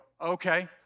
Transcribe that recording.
okay